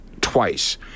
twice